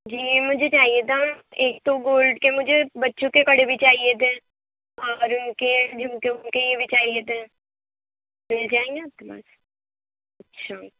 جی یہ مجھے چاہئے تھا ایک تو گولڈ کے مجھے بچوں کے کڑے بھی چاہئے تھے اور ان کے جھمکے ومکے یہ بھی چاہئے تھے مل جائیں گے آپ کے پاس اچھا